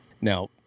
Now